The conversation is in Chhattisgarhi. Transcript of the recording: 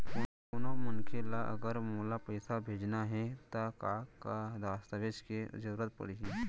कोनो मनखे ला अगर मोला पइसा भेजना हे ता का का दस्तावेज के जरूरत परही??